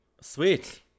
Sweet